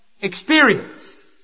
experience